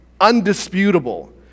undisputable